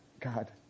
God